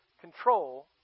control